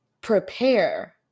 Prepare